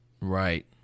Right